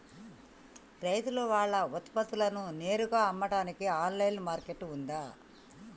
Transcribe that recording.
రైతులు వాళ్ల ఉత్పత్తులను నేరుగా అమ్మడానికి ఆన్లైన్ మార్కెట్ ఉందా?